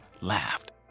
laughed